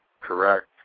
correct